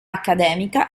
accademica